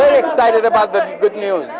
excited about the good news.